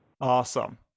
Awesome